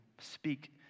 speak